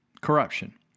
corruption